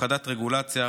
הפחתת רגולציה,